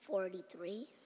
Forty-three